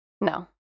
no